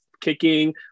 kicking